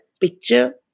picture